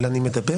אבל אני מדבר.